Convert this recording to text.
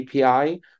API